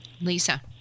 Lisa